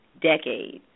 decades